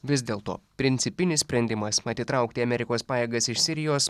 vis dėlto principinis sprendimas atitraukti amerikos pajėgas iš sirijos